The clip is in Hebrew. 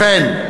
לכן,